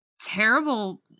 terrible